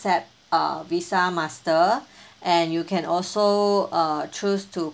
accept uh VISA master and you can also uh choose to